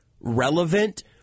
relevant